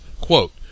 Quote